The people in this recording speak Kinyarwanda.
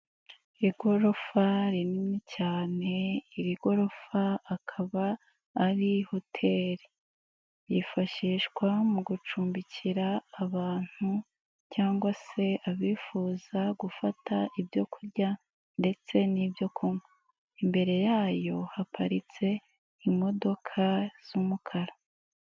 Igorofa rinini cyane, iri gorofa akaba ari hoteri yifashishwa mu gucumbikira abantu cyangwa se abifuza gufata ibyo kurya ndetse n'ibyo kunywa, imbere yayo haparitse imodoka z'umukara.